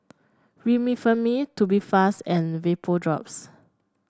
Remifemin Tubifast and Vapodrops